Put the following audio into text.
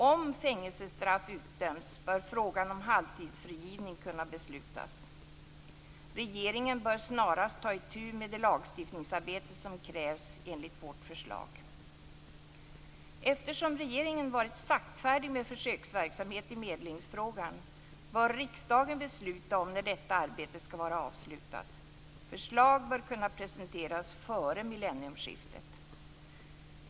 Om fängelsestraff utdömts bör frågan om halvtidsfrigivning kunna beslutas. Regeringen bör snarast ta itu med det lagstiftningsarbete som krävs enligt vårt förslag. Eftersom regeringen varit saktfärdig med försöksverksamhet i medlingsfrågan bör riksdagen besluta om när detta arbete skall vara avslutat. Förslag bör kunna presenteras före millennieskiftet.